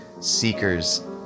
seekers